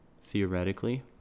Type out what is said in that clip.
theoretically